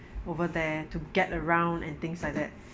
over there to get around and things like that